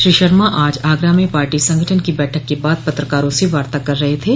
श्री शर्मा आज आगरा में पाटी संगठन की बैठक के बाद पत्रकारों से वार्ता कर रहे थे